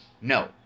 No